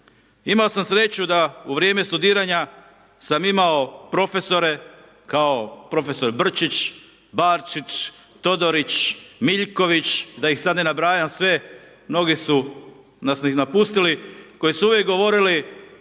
Imao sam sreću da u vrijeme studiranja sam imao profesore, kao profesor Brčić, Barčić, Todorić, Miljković, da ih sad ne nabrajam sve, mnogi su nas i napustili, koji su uvijek govorili